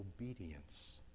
obedience